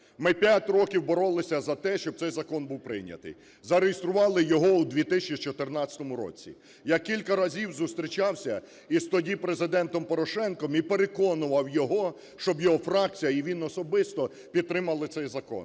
Ми 5 років боролися за те, щоб цей закон був прийнятий. Зареєстрували його у 2014 році. Я кілька разів зустрічався із тоді Президентом Порошенком і переконував його, щоб його фракція і він особисто підтримали цей закон.